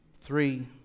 Three